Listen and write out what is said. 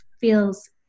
feels